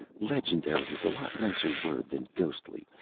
legendary is a lot nicer word than ghostly.